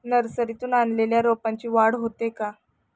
नर्सरीतून आणलेल्या रोपाची वाढ होते का?